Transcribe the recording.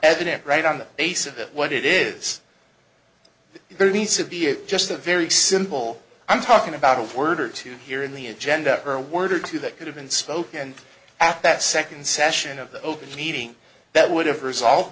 evident right on the face of it what it is very nice of you just a very simple i'm talking about a word or two here in the agenda for a word or two that could have been spoken at that second session of the open meeting that would have resolve